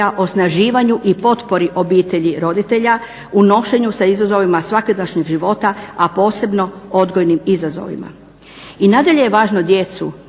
osnaživanju i potpori obitelji roditelja u nošenju sa izazovima svakidašnjeg života, a posebno odgojnim izazovima. I nadalje je važno djecu